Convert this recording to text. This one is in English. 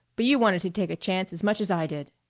but you wanted to take a chance as much as i did.